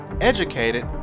educated